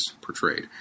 portrayed